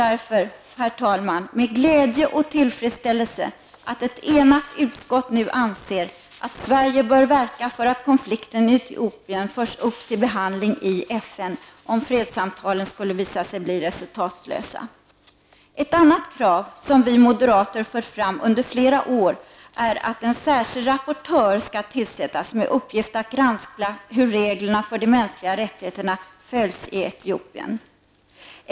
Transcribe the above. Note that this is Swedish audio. Vi ser därför med glädje och tillfredsställelse att ett enat utskott nu anser att Sverige bör verka för att konflikten i Etiopien förs upp till behandling i FN om fredssamtalen skulle visa sig bli resultatlösa. Ett annat krav, som vi moderater fört fram under flera år, är att en särskild rapportör skall tillsättas med uppgift att granska hur reglerna för de mänskliga rättigheterna följs i Etiopien.